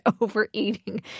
overeating